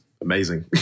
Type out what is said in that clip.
amazing